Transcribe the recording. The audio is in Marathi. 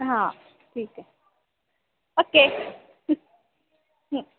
हां ठीक आहे ओके